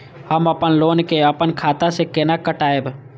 हम अपन लोन के अपन खाता से केना कटायब?